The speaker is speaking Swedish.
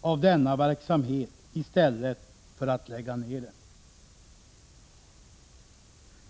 av denna verksamhet i stället för att lägga ned den.